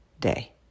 day